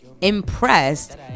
Impressed